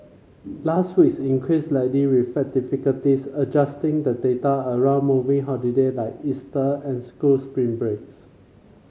last week's increase likely reflected difficulties adjusting the data around moving holiday like Easter and school spring breaks